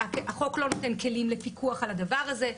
החוק לא נותן כלים לפיקוח על הדבר הזה.